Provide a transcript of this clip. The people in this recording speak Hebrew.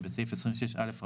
שבסעיף 26א,